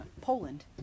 Poland